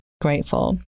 grateful